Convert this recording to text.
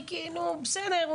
היא כאילו בסדר,